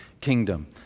kingdom